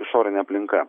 išorinė aplinka